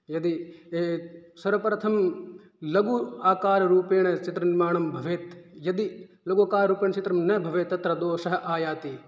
यदि सर्वप्रथमं लघु आकाररूपेण चित्रनिर्माणं भवेत् यदि लघु आकाररूपेण चित्र न भवेत् तत्र दोषः आयाति